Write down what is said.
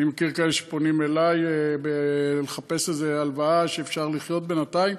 אני מכיר כאלה שפונים אלי לחפש איזו הלוואה שתאפשר לחיות בינתיים.